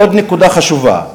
עוד נקודה חשובה: